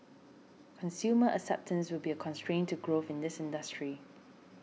consumer acceptance will be a constraint to growth in this industry